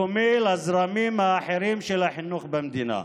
בדומה לזרמים האחרים של החינוך במדינה.